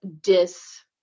dis